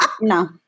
No